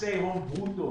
גיוסי הון ברוטו,